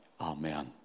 Amen